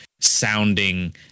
sounding